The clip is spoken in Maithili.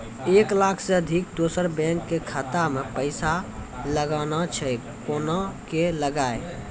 एक लाख से अधिक दोसर बैंक के खाता मे पैसा लगाना छै कोना के लगाए?